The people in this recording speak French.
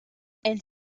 elle